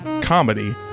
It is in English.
comedy